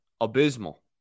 abysmal